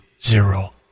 zero